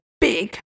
big